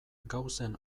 gauzen